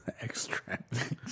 Extract